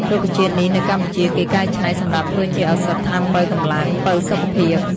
រុក្ខជាតិនេះនៅកម្ពុជាគេកែច្នៃសម្រាប់ធ្វើជាឱសថថ្នាំប៉ូវកម្លាំង ប៉ូវសុខភាព។